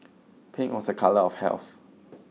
pink was a colour of health